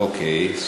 אוקיי.